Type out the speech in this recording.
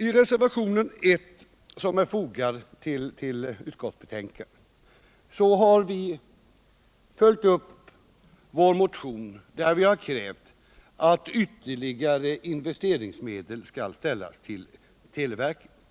I reservationen 1 vid utskottets betänkande har vi följt upp vår motion, där vi har krävt att ytterligare investeringsmedel skall ställas till televerkets förfogande.